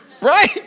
right